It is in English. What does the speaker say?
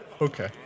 Okay